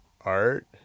art